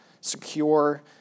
secure